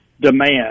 demand